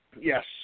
Yes